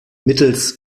mittels